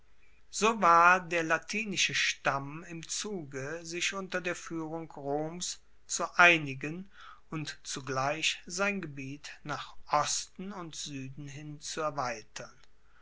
so war der latinische stamm im zuge sich unter der fuehrung roms zu einigen und zugleich sein gebiet nach osten und sueden hin zu erweitern